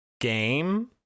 game